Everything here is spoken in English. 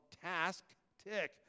task-tick